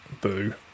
Boo